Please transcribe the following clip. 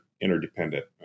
interdependent